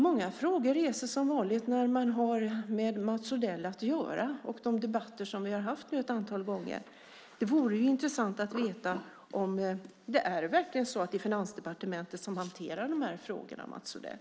Många frågor reses som vanligt när man har med Mats Odell att göra - i de debatter vi har haft ett antal gånger. Det vore intressant att veta om det är Finansdepartementet som hanterar frågorna, Mats Odell.